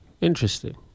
interesting